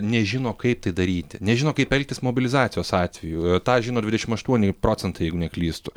nežino kaip tai daryti nežino kaip elgtis mobilizacijos atveju tą žino dvidešim aštuoni procentai jeigu neklystu